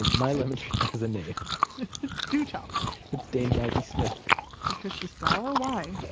my lemon tree has a name do tell it's dame maggie smith because she's sour? why?